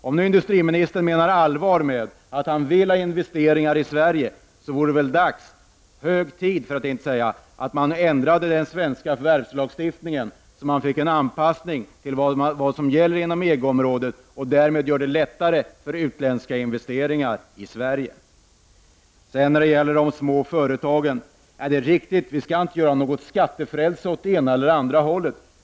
Om nu industriministern menar allvar med att han vill ha investeringar i Sverige, vore det väl dags, för att inte säga hög tid, att ändra den svenska förvärvslagstiftningen så att det blev en anpassning till vad som gäller inom EG-området och på så sätt göra det lättare för utländska investeringar i Sverige. När det gäller de små företagen vill jag säga att det som industriministern säger är riktigt; vi skall inte ha något skattefrälse på vare sig det ena eller det andra hållet.